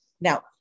now